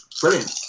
Brilliant